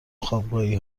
خوابگاهی